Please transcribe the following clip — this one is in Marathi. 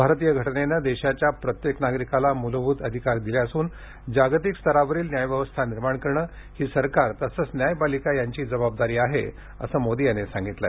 भारतीय घटनेनं देशाच्या प्रत्येक नागरिकाला मूलभूत अधिकार दिले असून जागतिक स्तरावरील न्यायव्यवस्था निर्माण करण ही सरकार तसंच न्यायपालिका यांची जबाबदारी आहे असंही मोदी यावेळी बोलताना म्हणाले